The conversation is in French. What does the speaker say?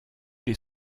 les